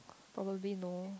probably no